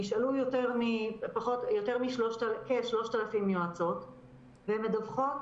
נשארו כ-3,000 יועצות והן מדווחות